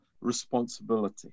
responsibility